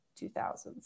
2000s